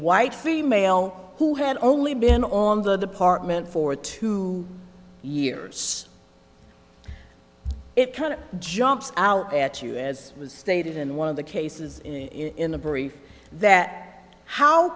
white female who had only been on the partment for two years it kind of jumps out at you as was stated in one of the cases in the brief that how